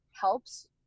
helps